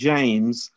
James